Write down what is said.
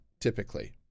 typically